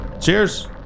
Cheers